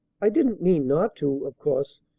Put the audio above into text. i didn't mean not to, of course,